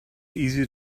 easy